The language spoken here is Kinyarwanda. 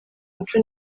umuco